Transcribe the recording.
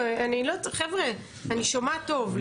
אני שומעת טוב.